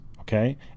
Okay